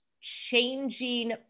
changing